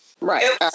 right